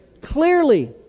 Clearly